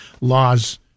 laws